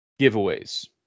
Giveaways